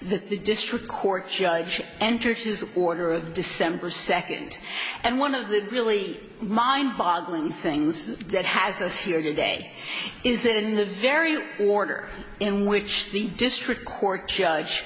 the district court judge entered his order of december second and one of the really mind boggling things that has us here today is that in the very order in which the district court judge